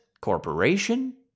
corporation